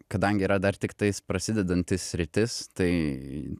kadangi yra dar tiktais prasidedanti sritis tai